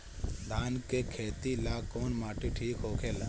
धान के खेती ला कौन माटी ठीक होखेला?